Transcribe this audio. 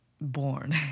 born